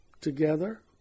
together